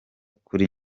kuri